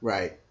Right